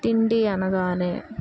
తిండి అనగానే